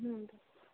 ಹ್ಞೂ ರೀ